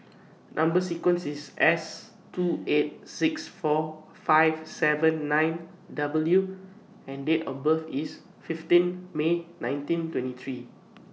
Number sequence IS S two eight six four five seven nine W and Date of birth IS fifteen May nineteen twenty three